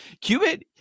Cubit